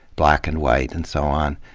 black and white and so on,